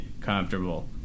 comfortable